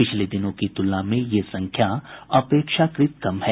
पिछले दिनों की तुलना में यह संख्या अपेक्षाकृत कम है